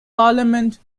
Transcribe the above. parliament